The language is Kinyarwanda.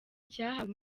cyahawe